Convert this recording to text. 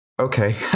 Okay